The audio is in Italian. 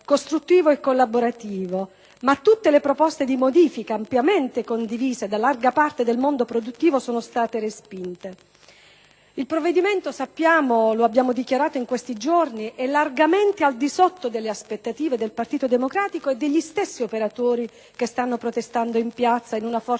costruttivo e collaborativo, ma tutte le proposte di modifica, ampiamente condivise da larga parte del mondo produttivo, sono state respinte. Il provvedimento, come sappiamo e come abbiamo dichiarato in questi giorni, è largamente al di sotto delle aspettative del Partito Democratico e degli stessi operatori che stanno manifestando in piazza, con una forte e civile